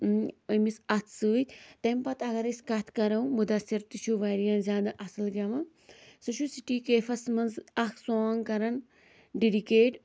أمِس اَتھ سۭتۍ تٔمۍ پَتہٕ اگر أسۍ کَتھ کَرَو مُدَثِر تہِ چھُ واریاہ زیادٕ اَصٕل گٮ۪وان سُہ چھُ سِٹی کیٚفَس منٛز اَکھ سانٛگ کران ڈِڈِکیٹ